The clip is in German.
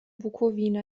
bukowina